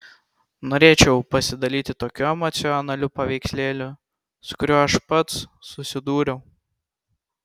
norėčiau pasidalyti tokiu emocionaliu paveikslėliu su kuriuo aš pats susidūriau